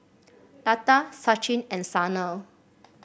Lata Sachin and Sanal